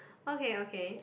okay okay